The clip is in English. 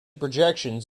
projections